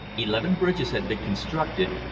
eleven bridges had been constructed,